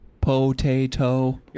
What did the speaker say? Potato